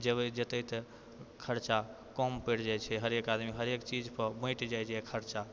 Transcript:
जेबै जतै तऽ खर्चा कम पड़ि जाइ छै हरेक आदमी हरेक चीज पर बँटि जाइ छै खर्चा